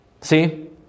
See